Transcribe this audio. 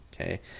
Okay